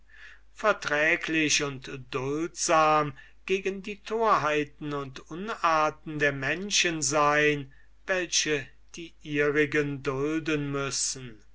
verträglich und duldsam gegen die torheiten und unarten der menschen sein welche die ihrigen dulden müssen